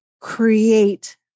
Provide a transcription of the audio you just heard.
create